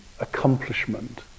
accomplishment